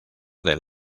del